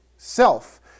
Self